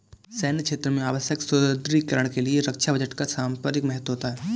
सैन्य क्षेत्र में आवश्यक सुदृढ़ीकरण के लिए रक्षा बजट का सामरिक महत्व होता है